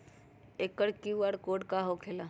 एकर QR code का होकेला?